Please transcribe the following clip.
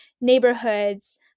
neighborhoods